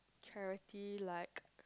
charity like